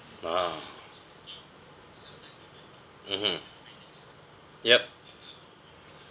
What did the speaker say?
ah mmhmm yup